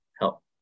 help